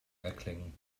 erklingen